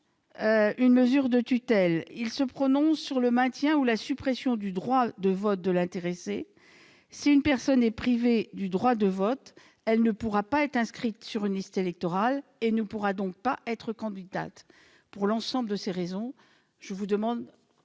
une mesure de tutelle, il se prononce sur le maintien ou la suppression du droit de vote de l'intéressé. Si une personne est privée du droit de vote, elle ne pourra pas être inscrite sur une liste électorale et ne pourra donc pas être candidate. Pour l'ensemble de ces raisons, je vous demande